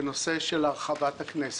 בנושא של הרחבת הכנסת.